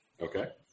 Okay